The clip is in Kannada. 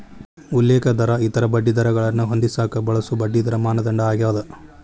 ಉಲ್ಲೇಖ ದರ ಇತರ ಬಡ್ಡಿದರಗಳನ್ನ ಹೊಂದಿಸಕ ಬಳಸೊ ಬಡ್ಡಿದರ ಮಾನದಂಡ ಆಗ್ಯಾದ